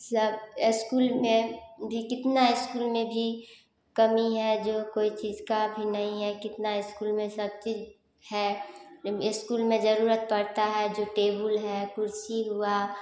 सब इस्कूल में कितना इस्कूल में भी कमी है जो कोई चीज़ का भी नहीं है कितना इस्कूल में सब चीज़ है इस्कूल में ज़रूरत पड़ता है जो टेबुल है कुर्सी हुआ